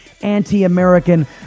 anti-American